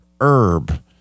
herb